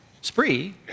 spree